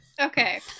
Okay